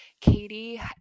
Katie